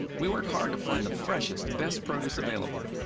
we work hard to find the freshest, best produce available.